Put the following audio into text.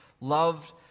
loved